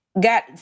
got